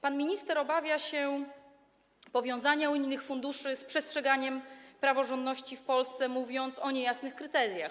Pan minister obawia się powiązania unijnych funduszy z przestrzeganiem praworządności w Polsce, mówi o niejasnych kryteriach.